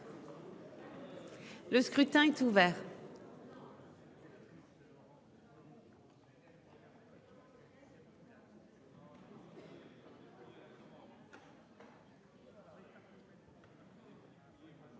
Le scrutin est ouvert.